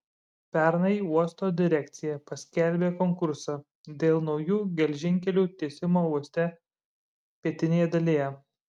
pernai uosto direkcija paskelbė konkursą dėl naujų geležinkelių tiesimo uoste pietinėje dalyje